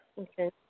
Okay